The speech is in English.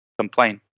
complain